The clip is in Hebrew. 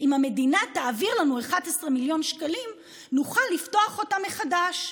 אם המדינה תעביר לנו 11 מיליון שקלים נוכל לפתוח אותם מחדש.